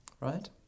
right